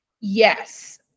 yes